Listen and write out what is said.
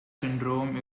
syndrome